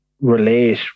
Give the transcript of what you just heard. relate